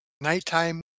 nighttime